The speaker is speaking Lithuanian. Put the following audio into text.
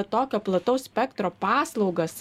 tokio plataus spektro paslaugas